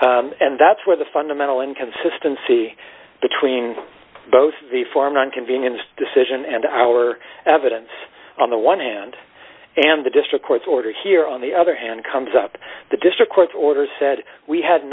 cases and that's where the fundamental inconsistency between both the form on convenience decision and our evidence on the one hand and the district court's order here on the other hand comes up the district court orders said we had